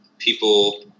People